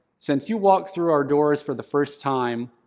since you walked through our doors for the first time,